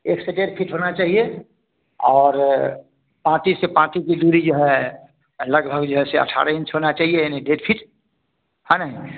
एक से डेढ़ फिट होना चाहिए और पाती से पाती की दूरी जो है लगभग जो है से अट्ठारह इंच होना चहिए यानी डेढ़ फिट है ना